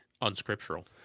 unscriptural